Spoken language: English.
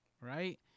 Right